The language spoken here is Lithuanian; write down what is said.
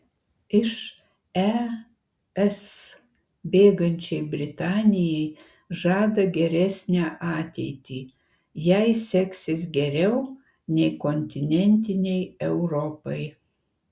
iš es bėgančiai britanijai žada geresnę ateitį jai seksis geriau nei kontinentinei europai